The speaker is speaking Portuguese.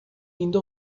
indo